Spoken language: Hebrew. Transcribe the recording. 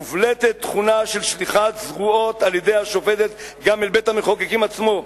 מובלטת תכונה של שליחת זרועות על-ידי השופטת גם אל בית-המחוקקים עצמו,